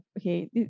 Okay